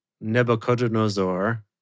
Nebuchadnezzar